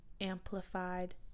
amplified